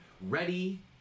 ready